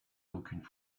aucune